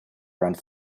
around